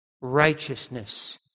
Righteousness